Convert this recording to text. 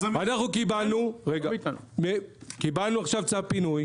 קיבלנו עכשיו צו פינוי.